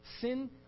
sin